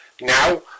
Now